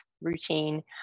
routine